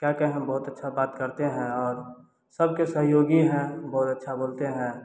क्या कहें हम बहुत ही अच्छा बात करते हैं और सबके सहयोगी हैं बहुत अच्छा बोलते हैं